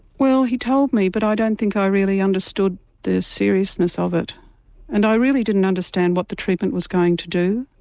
well he told me but i don't think i really understood the seriousness of it and i really didn't understand what the treatment was going to do.